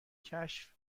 کشف